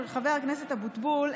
חבר הכנסת אבוטבול,